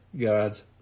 God's